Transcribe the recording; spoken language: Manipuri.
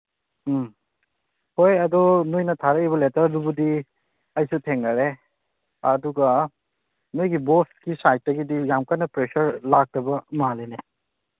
ꯎꯝ ꯍꯣꯏ ꯑꯗꯣ ꯅꯣꯏꯅ ꯊꯥꯔꯛꯏꯕ ꯂꯦꯇꯔꯗꯨꯕꯨꯗꯤ ꯑꯩꯁꯨ ꯊꯦꯡꯅꯔꯦ ꯑꯗꯨꯒ ꯅꯣꯏꯒꯤ ꯕꯣꯁꯀꯤ ꯁꯥꯏꯠꯇꯒꯤꯗꯤ ꯌꯥꯝ ꯀꯟꯅ ꯄ꯭ꯔꯦꯁꯔ ꯂꯥꯛꯇꯕ ꯃꯥꯜꯂꯤꯅꯦ